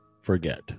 forget